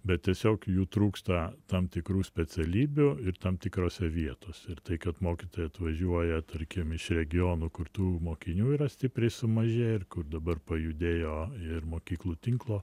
bet tiesiog jų trūksta tam tikrų specialybių ir tam tikrose vietose ir tai kad mokytojai atvažiuoja tarkim iš regionų kur tų mokinių yra stipriai sumažėję ir kur dabar pajudėjo ir mokyklų tinklo